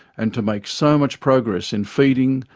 and to make so much progress in feeding,